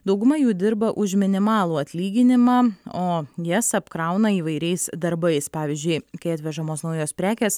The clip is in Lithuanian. dauguma jų dirba už minimalų atlyginimą o jas apkrauna įvairiais darbais pavyzdžiui kai atvežamos naujos prekės